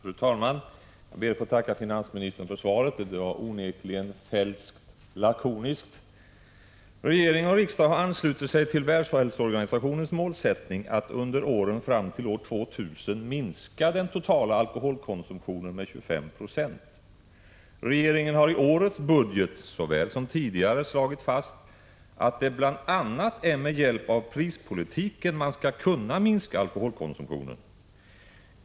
Fru talman! Jag ber att få tacka finansministern för svaret. Det var 15 maj 1986 onekligen feldtskt lakoniskt. Regering och riksdag har anslutit sig till världshälsoorganisationens målsättning att under åren fram till år 2000 minska den totala alkoholkonsumtionen med 25 26. Regeringen har i årets budget, såväl som i tidigare budgetar, slagit fast att det bl.a. är med hjälp av prispolitiken man skall minska alkoholkonsumtionen.